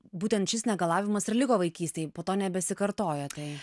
būtent šis negalavimas ir liko vaikystėj po to nebesikartojo tai